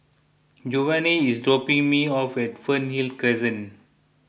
Jovany is dropping me off at Fernhill Crescent